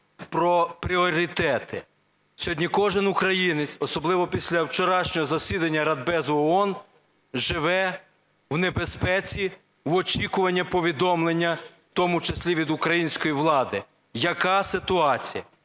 про пріоритетне. Сьогодні кожен українець, особливо після вчорашнього засідання Радбезу ООН, живе в небезпеці, в очікуванні повідомлення, в тому числі від української влади, яка ситуація.